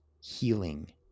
healing